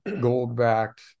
gold-backed